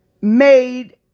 Made